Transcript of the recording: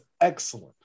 excellent